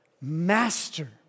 Master